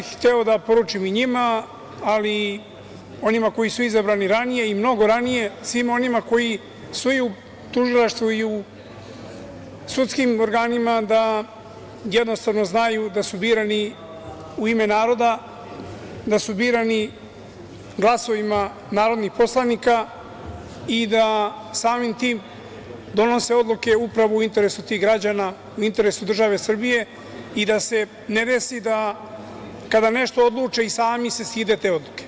Hteo bih da poručim i njima, ali i onima koji su izabrani ranije i mnogo ranije, svima onima u tužilaštvu i sudskim organima da jednostavno znaju da su birani u ime naroda, da su birani glasovima narodnih poslanika i da samim tim donose odluke upravo u interesu tih građana, u interesu države Srbije i da se ne desi da kada nešto odluče i sami se stide te odluke.